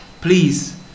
please